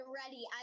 ready